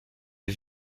des